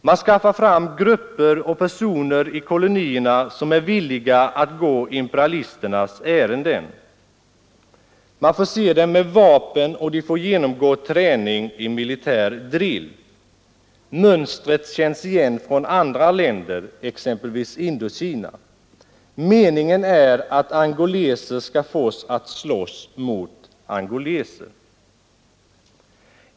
Man skaffar fram grupper och enskilda personer i kolonierna som är villiga att gå imperialisternas ärenden. Man förser dem med vapen och de får genomgå träning i militär drill. Mönstret känns igen från andra länder, exempelvis Indokina. Meningen är att få angoleser att slåss mot angoleser.